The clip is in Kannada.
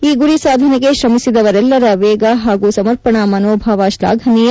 ಈ ಗುರಿ ಸಾಧನೆಗೆ ಶ್ರಮಿಸಿದವರೆಲ್ಲರ ವೇಗ ಹಾಗೂ ಸಮರ್ಪಣಾ ಮನೋಭಾವ ಶ್ಲಾಘನೀಯ